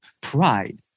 pride